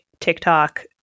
TikTok